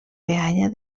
peanya